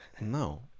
No